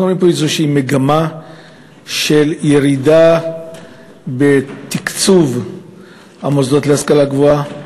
אנחנו רואים פה איזו מגמה של ירידה בתקצוב המוסדות להשכלה גבוהה,